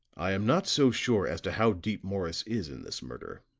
i am not so sure as to how deep morris is in this murder,